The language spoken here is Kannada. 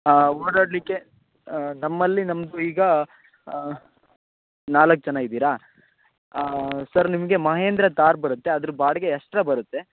ಒಡಾಡಲಿಕ್ಕೆ ನಮ್ಮಲ್ಲಿ ನಮ್ಮದು ಈಗ ನಾಲ್ಕು ಜನ ಇದ್ದೀರಾ ಸರ್ ನಿಮಗೆ ಮಹೇಂದ್ರ ತಾರ್ ಬರುತ್ತೆ ಅದ್ರ ಬಾಡಿಗೆ ಎಕ್ಸ್ಟ್ರ ಬರುತ್ತೆ